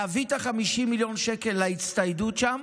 ולהביא את ה-50 מיליון שקל להצטיידות שם.